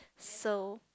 so